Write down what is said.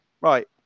right